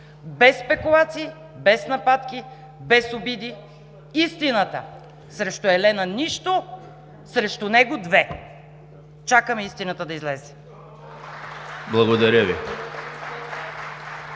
Без спекулации, без нападки, без обиди, истината: срещу Елена нищо, срещу него – две. Чакаме истината да излезе. (Ръкопляскания